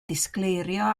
disgleirio